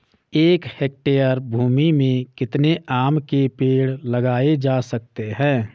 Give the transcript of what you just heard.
एक हेक्टेयर भूमि में कितने आम के पेड़ लगाए जा सकते हैं?